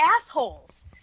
assholes